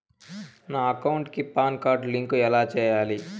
నా అకౌంట్ కి PAN card link ఎలా సేయాలి